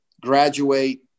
graduate